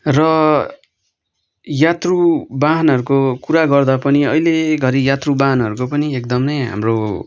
र यात्रु वाहनहरको कुरा गर्दा पनि अहिले घरि यात्रु वाहनहरूको पनि एकदम नै हाम्रो